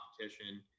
competition